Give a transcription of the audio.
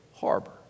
Harbor